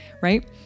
right